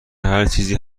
هرچیزی